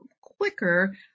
quicker